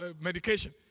medication